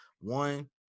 One